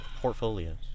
portfolios